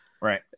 Right